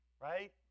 right